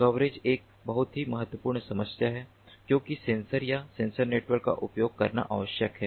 coverage एक बहुत ही महत्वपूर्ण समस्या है क्योंकि सेंसर या सेंसर नेटवर्क का उपयोग करना आवश्यक है